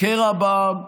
קרע בעם,